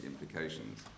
implications